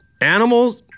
animals